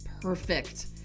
perfect